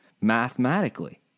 mathematically